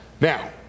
now